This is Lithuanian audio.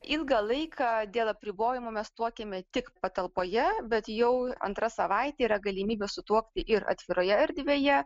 ilgą laiką dėl apribojimų mes tuokėme tik patalpoje bet jau antra savaitė yra galimybė sutuokti ir atviroje erdvėje